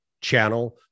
channel